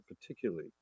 particularly